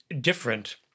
different